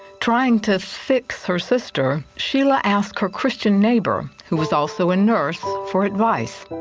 trying to fix her sister, sheila asked her christian neighbor, who was also a nurse, for advice.